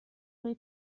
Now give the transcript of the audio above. روی